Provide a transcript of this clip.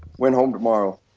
went home tomorrow,